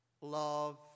love